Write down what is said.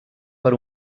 per